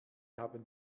haben